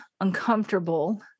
uncomfortable